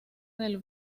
del